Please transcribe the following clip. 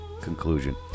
conclusion